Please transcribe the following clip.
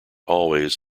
always